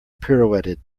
pirouetted